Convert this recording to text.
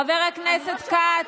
חבר הכנסת כץ,